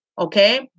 Okay